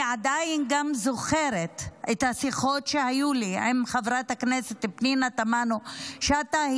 אני גם עדיין זוכרת את השיחות שהיו לי עם חברת הכנסת פנינה תמנו שטה.